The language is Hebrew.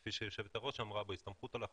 כפי שיושבת הראש אמרה, בהסתמכות על החוק.